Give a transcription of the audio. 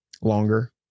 longer